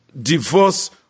divorce